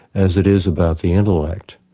as it is about the intellect.